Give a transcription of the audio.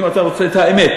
אם אתה רוצה את האמת,